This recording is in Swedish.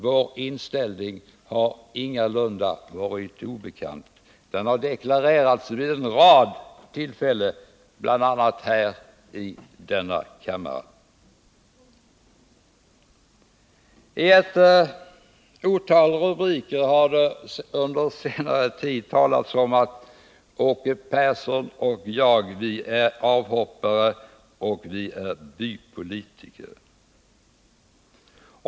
Vår inställning har ingalunda varit obekant. Den har deklarerats vid en rad tillfällen, bl.a. i denna kammare. I ett otal rubriker har det under senare tid talats om att Åke Persson och jag är avhoppare och bypolitiker.